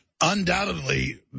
Undoubtedly